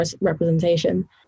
representation